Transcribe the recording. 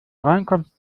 reinkommst